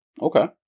okay